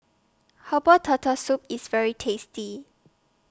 Herbal Turtle Soup IS very tasty